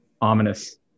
Ominous